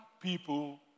people